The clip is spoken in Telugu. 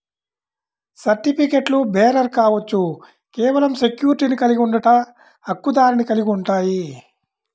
సర్టిఫికెట్లుబేరర్ కావచ్చు, కేవలం సెక్యూరిటీని కలిగి ఉండట, హక్కుదారుని కలిగి ఉంటాయి,